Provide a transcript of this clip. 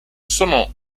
sono